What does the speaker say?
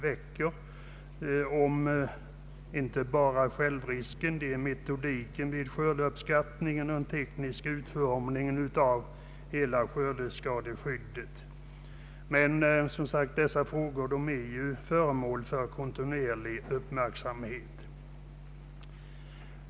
Det är inte bara självrisken utan också metodiken vid skördeuppskattningen och den tekniska utformningen av hela skördeskadeskyddet som tas upp, men dessa frågor är som sagt föremål för kontinuerlig uppmärksamhet.